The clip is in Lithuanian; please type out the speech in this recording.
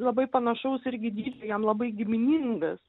labai panašaus irgi dydžio jam labai giminingas